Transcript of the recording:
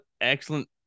excellent